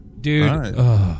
Dude